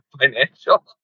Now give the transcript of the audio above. financial